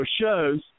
shows